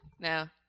No